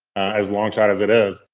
as long shot as it is,